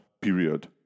period